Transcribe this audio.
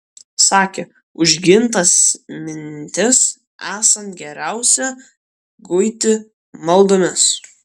sakė užgintas mintis esant geriausia guiti maldomis